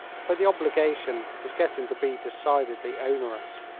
for the obligation was getting to be decidedly onerous.